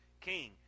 king